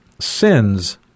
sins